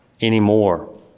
anymore